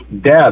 death